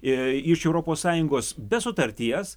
iš europos sąjungos be sutarties